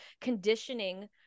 conditioning